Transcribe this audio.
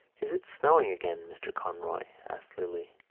is it snowing again, mr. conroy? asked lily.